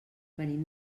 venim